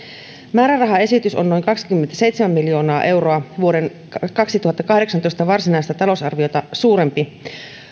määrärahaesitys on noin kaksikymmentäseitsemän miljoonaa euroa vuoden kaksituhattakahdeksantoista varsinaista talousarviota suurempi